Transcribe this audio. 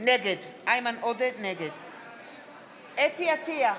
נגד חוה אתי עטייה,